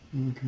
Okay